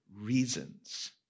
reasons